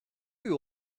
you